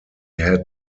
had